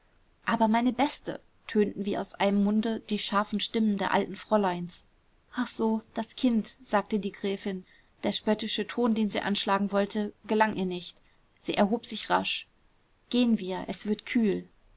aber meine beste tönten wie aus einem munde die scharfen stimmen der alten fräuleins ach so das kind sagte die gräfin der spöttische ton den sie anschlagen wollte gelang ihr nicht sie erhob sich rasch gehen wir es wird kühl